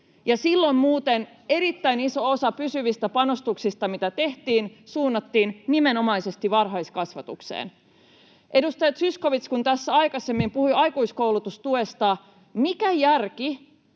silloin muuten erittäin iso osa pysyvistä panostuksista, mitä tehtiin, [Timo Heinonen: Katsokaa seuraavat Pisat!] suunnattiin nimenomaisesti varhaiskasvatukseen. Edustaja Zyskowicz kun tässä aikaisemmin puhui aikuiskoulutustuesta, niin mikä järki